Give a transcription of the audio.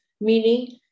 meaning